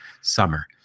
summer